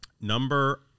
number